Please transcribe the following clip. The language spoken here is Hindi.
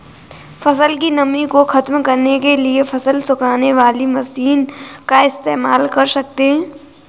फसल की नमी को ख़त्म करने के लिए फसल सुखाने वाली मशीन का इस्तेमाल करते हैं